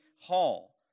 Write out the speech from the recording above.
hall